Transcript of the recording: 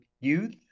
youth